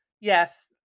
yes